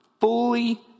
fully